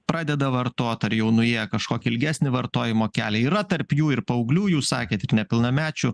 pradeda vartot ar jau nuėję kažkokį ilgesnį vartojimo kelią yra tarp jų ir paauglių jūs sakėt ir nepilnamečių